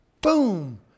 Boom